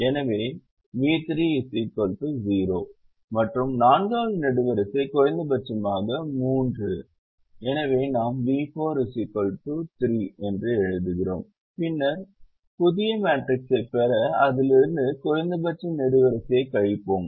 எனவே v3 0 மற்றும் நான்காவது நெடுவரிசை குறைந்தபட்சம் 3 ஆகும் எனவே நாம் v4 3 என்று எழுதுகிறோம் பின்னர் புதிய மேட்ரிக்ஸைப் பெற அதிலிருந்து குறைந்தபட்ச நெடுவரிசையை கழிப்போம்